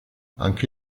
anche